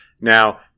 Now